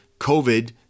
COVID